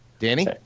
Danny